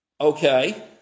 Okay